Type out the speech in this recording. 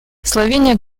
словения